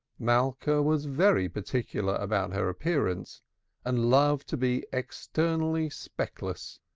malka was very particular about her appearance and loved to be externally speckless,